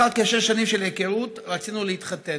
לאחר כשש שנים של היכרות רצינו להתחתן.